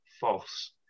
false